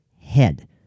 head